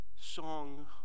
Song